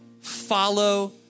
follow